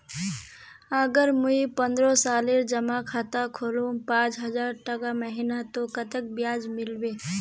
अगर मुई पन्द्रोह सालेर जमा खाता खोलूम पाँच हजारटका महीना ते कतेक ब्याज मिलबे?